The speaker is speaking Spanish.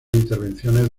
intervenciones